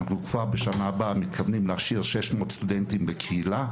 כבר בשנה הבאה אנחנו מתכוונים להכשיר 600 סטודנטים בקהילה.